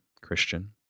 Christian